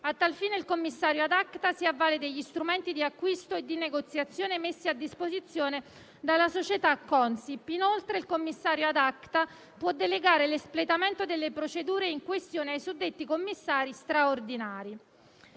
A tal fine, il commissario *ad acta* si avvale degli strumenti di acquisto e di negoziazione messi a disposizione dalla società Consip. Inoltre, il commissario *ad acta* può delegare l'espletamento delle procedure in questione ai suddetti commissari straordinari.